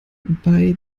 bei